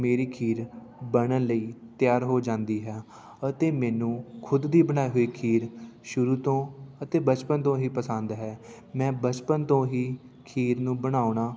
ਮੇਰੀ ਖੀਰ ਬਣਨ ਲਈ ਤਿਆਰ ਹੋ ਜਾਂਦੀ ਹੈ ਅਤੇ ਮੈਨੂੰ ਖੁਦ ਦੀ ਬਣਾਈ ਹੋਈ ਖੀਰ ਸ਼ੁਰੂ ਤੋਂ ਅਤੇ ਬਚਪਨ ਤੋਂ ਹੀ ਪਸੰਦ ਹੈ ਮੈਂ ਬਚਪਨ ਤੋਂ ਹੀ ਖੀਰ ਨੂੰ ਬਣਾਉਣਾ